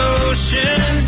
ocean